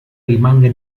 rimanga